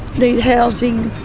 need housing,